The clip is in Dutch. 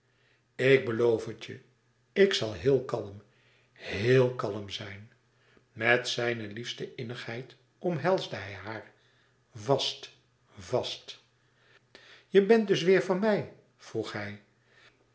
ik beloof het je ik zal heel kalm héel kalm zijn met zijne liefste innigheid omhelsde hij haar vast vast je bent dus weêr van mij vroeg hij